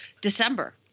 December